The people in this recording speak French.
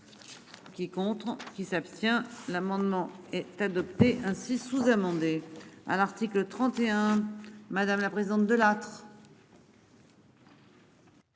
qui s'abstient. L'amendement est adopté. Ainsi sous-amendé